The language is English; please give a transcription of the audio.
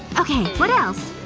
okay, what else,